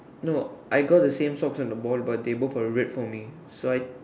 no I got the same socks and the ball but they both were red for me so I